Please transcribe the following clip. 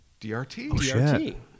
DRT